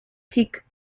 peak